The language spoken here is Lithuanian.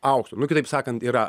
aukso nu kitaip sakant yra